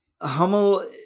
hummel